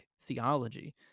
theology